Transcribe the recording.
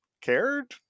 cared